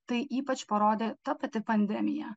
tai ypač parodė ta pati pandemija